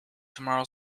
tomorrow